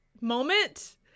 moment